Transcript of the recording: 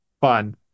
Fun